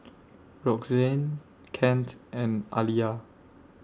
Roxanne Kent and Aliya